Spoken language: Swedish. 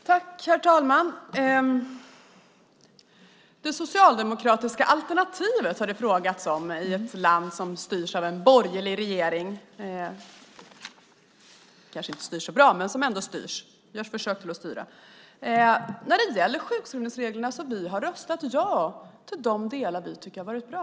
Herr talman! Det har frågats om det socialdemokratiska alternativet i ett land som styrs av en borgerlig regering. Det kanske inte styrs så bra, men det görs ändå försök att styra. När det gäller sjukskrivningsreglerna har vi röstat ja till de delar som vi tycker har varit bra.